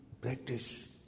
practice